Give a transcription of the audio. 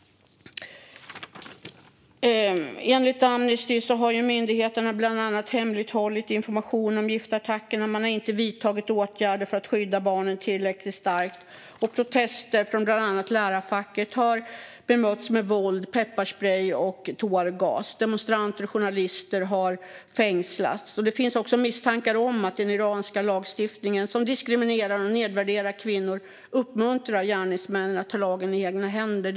Enligt Amnesty har myndigheterna bland annat hemlighållit information om giftattackerna, och man har inte vidtagit tillräckligt starka åtgärder för att skydda barnen. Protester från bland annat lärarfacket har bemötts med våld, pepparsprej och tårgas. Demonstranter och journalister har fängslats. Det finns också misstankar om att den iranska lagstiftningen som diskriminerar och nedvärderar kvinnor uppmuntrar gärningsmännen att ta lagen i egna händer.